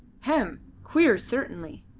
hem! queer, certainly.